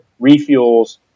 refuels